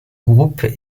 groupe